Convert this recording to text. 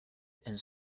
and